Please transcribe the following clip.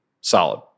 solid